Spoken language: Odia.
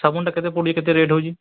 ଶାଗୁନ୍ଟା କେତେ ପଡ଼ୁଛି କେତେ ରେଟ୍ ହେଉଛି